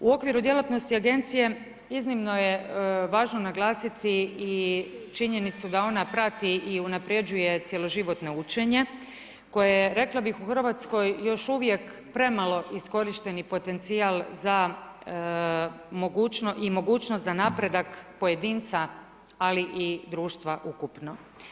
U okviru djelatnosti agencije iznimno važno naglasiti i činjenicu da ona prati i unapređuje cjeloživotno učenje koje rekla bih u Hrvatskoj još uvijek premalo iskorišteni potencijal i mogućnost za napredak pojedinca ali i društva ukupno.